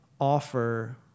offer